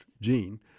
Gene